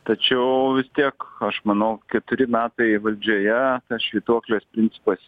tačiau vis tiek aš manau keturi metai valdžioje švytuoklės principas